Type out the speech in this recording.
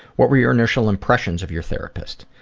what were your initial impressions of your therapist?